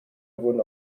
wurden